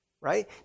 right